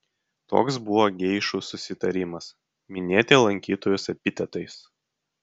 toks buvo geišų susitarimas minėti lankytojus epitetais